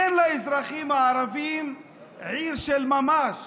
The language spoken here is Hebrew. אין לאזרחים הערבים עיר של ממש